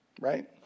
Right